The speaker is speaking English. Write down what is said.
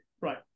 right